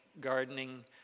gardening